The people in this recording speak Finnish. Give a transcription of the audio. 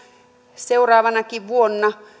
seuraavanakin vuonna